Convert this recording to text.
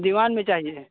दीवान मे चाहिए